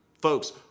Folks